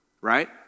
right